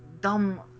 dumb